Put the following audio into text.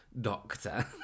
doctor